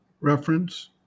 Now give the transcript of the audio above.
Reference